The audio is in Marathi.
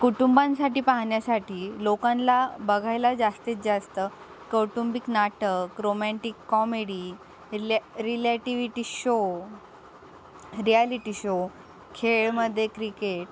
कुटुंबांसाठी पाहण्यासाठी लोकांना बघायला जास्तीत जास्त कौटुंबिक नाटक रोमॅनटिक कॉमेडी रिले रिलॅटिविटी शो रियालिटी शो खेळामध्ये क्रिकेट